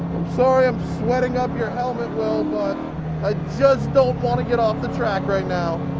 sorry i'm sweating up your helmet, will. but i just don't want to get off the track right now.